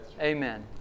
Amen